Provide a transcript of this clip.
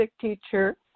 teacher